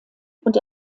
und